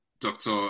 Dr